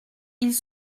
ils